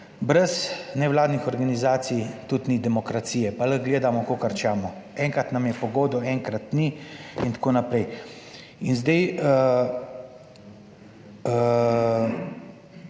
brez nevladnih organizacij tudi ni demokracije, pa lahko gledamo kakor čakamo, enkrat nam je po godu, enkrat ni, itn. In zdaj,